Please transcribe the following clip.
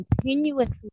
continuously